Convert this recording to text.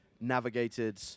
navigated